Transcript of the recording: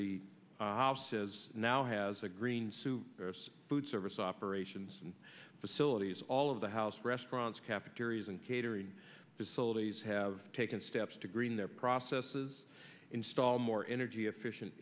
says now has a green suit food service operations and facilities all of the house restaurants cafeterias and catering facilities have taken steps to green their processes install more energy efficient